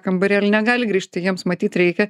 kambarėlį negali grįžti jiems matyt reikia